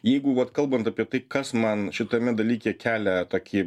jeigu vat kalbant apie tai kas man šitame dalyke kelia tokį